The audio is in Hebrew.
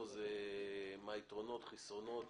מה היתרונות מה החסרונות,